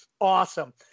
awesome